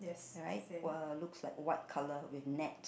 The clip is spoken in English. right were looks like white colour with net